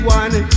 one